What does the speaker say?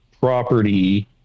property